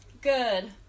Good